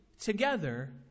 together